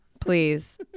Please